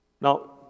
Now